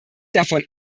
davon